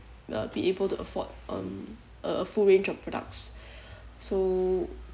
uh be able to afford um a full range of products so